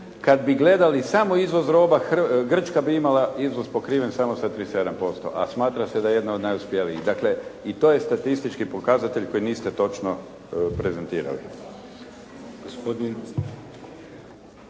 Kad bi gledali samo izvoz roba, Grčka bi imala izvoz pokriven samo sa 37%, a smatra se da je jedna od najuspjelijih. Dakle, i to je statistički pokazatelj koji niste točno prezentirali.